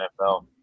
NFL